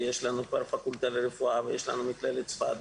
פקולטה לרפואה ואת מכללת צפת,